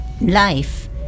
life